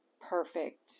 perfect